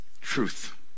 Truth